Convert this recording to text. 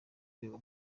rwego